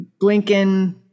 Blinken